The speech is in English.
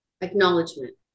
acknowledgement